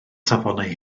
safonau